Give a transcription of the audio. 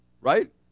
Right